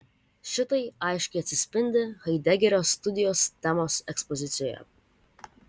šitai aiškiai atsispindi haidegerio studijos temos ekspozicijoje